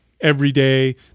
everyday